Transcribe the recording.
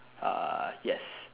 uh yes